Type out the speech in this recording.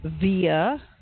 Via